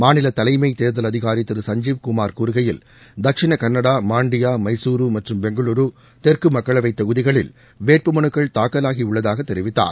மாநில தலைமை தேர்தல் அதிகாரி திரு சஞ்சீவ் குமார் கூறுகையில் தட்சிண கன்னடா மாண்டியா மைசூரு மற்றும் பெங்களுரு தெற்கு மக்களவை தொகுதிகளில் வேட்பு மனுக்கள் தாக்கலாகியுள்ளதாக தெரிவித்தார்